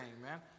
man